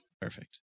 Perfect